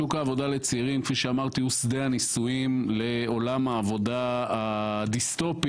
שוק העבודה לצעירים הוא שדה הניסויים לעולם העבודה הדיסטופי,